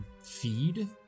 feed